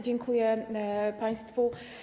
Dziękuję państwu.